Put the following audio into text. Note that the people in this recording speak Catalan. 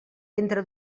entre